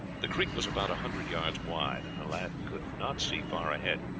the creek was about a hundred yards wide, and the lad could not see far ahead,